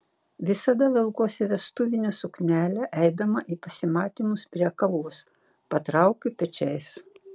visada velkuosi vestuvinę suknelę eidama į pasimatymus prie kavos patraukiu pečiais